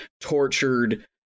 tortured